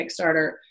Kickstarter